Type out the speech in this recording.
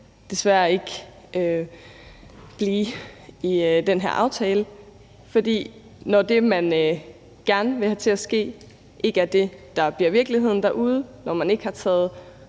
desværre ikke kan blive i den her aftale. For når det, man gerne vil have til at ske derude, ikke er det, der bliver virkeligheden, når man ikke har taget